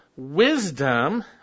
wisdom